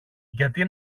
γιατί